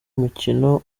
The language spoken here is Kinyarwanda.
mukino